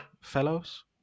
Fellows